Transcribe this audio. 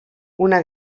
una